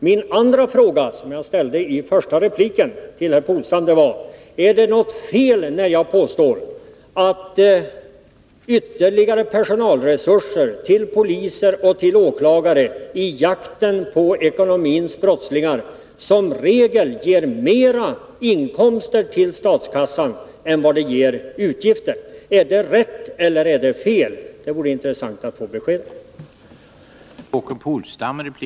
Min andra fråga som jag ställde i första repliken till Åke Polstam var: Är det fel när jag påstår att ytterligare personalresurser till poliser och åklagare i jakten på ekonomins brottslingar som regel ger mer inkomster till statskassan än det ger utgifter? Är det rätt eller fel? Det vore intressant att få besked om det.